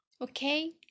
Okay